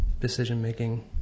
decision-making